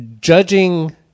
judging